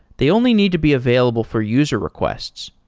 they only need to be available for user requests.